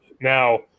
Now